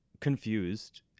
confused